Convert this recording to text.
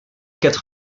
quatre